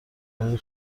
های